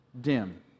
dim